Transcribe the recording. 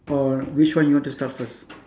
or which one you want to start first